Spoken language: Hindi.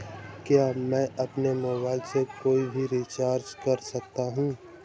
क्या मैं अपने मोबाइल से कोई भी रिचार्ज कर सकता हूँ?